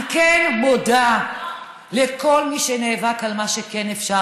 אני כן מודה לכל מי שנאבק על מה שכן אפשר,